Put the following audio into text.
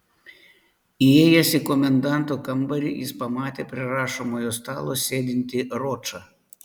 įėjęs į komendanto kambarį jis pamatė prie rašomojo stalo sėdintį ročą